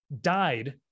died